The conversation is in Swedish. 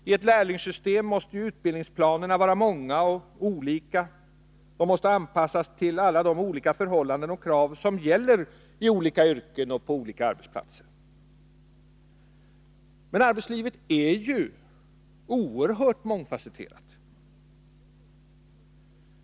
I ett lärlingssystem måste ju utbildningsplanerna vara många och olika, dvs. anpassas till alla de skilda förhållanden och krav som gäller i olika yrken och på olika arbetsplatser. Dock är ju arbetslivet oerhört mångfasetterat.